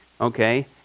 Okay